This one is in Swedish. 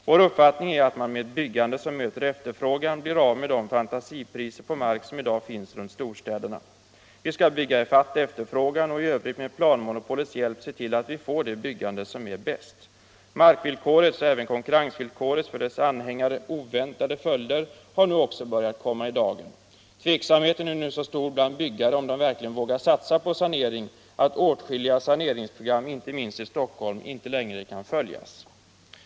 Vår uppfattning är att man med ett byggande som möter efterfrågan blir av med de fantasipriser på mark som i dag finns runt storstäderna. Vi skall bygga ifatt efterfrågan och i övrigt med planmonopolets hjälp se till att vi får det byggande som är bäst. Markvillkorets och även konkurrensvillkorets för dess anhängare oväntade följder har nu också börjat komma i dagen. Tveksamheten är nu så stor bland byggare om de verkligen vågar satsa på sanering att åtskilliga saneringsprogram, inte minst i Stockholm, inte längre kan följas.